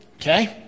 Okay